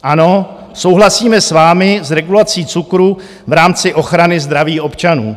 Ano, souhlasíme s vámi s regulací cukru v rámci ochrany zdraví občanů.